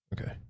Okay